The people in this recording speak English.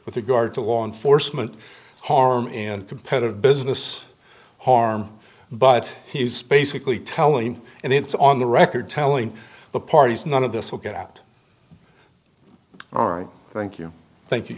with regard to law enforcement harm and competitive business harm but he's basically telling and it's on the record telling the parties none of this will get out all right thank you thank you